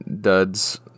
duds